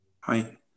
Hi